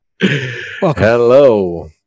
Hello